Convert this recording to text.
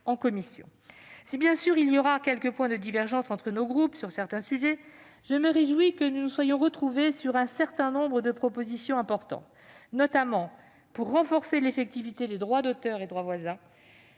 S'il y aura, bien sûr, quelques points de divergence entre nos groupes sur certains sujets, je me réjouis que nous nous soyons retrouvés sur un certain nombre de propositions importantes, notamment pour renforcer l'effectivité des droits d'auteur et des droits voisins